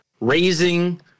raising